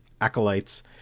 acolytes